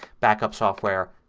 backup software.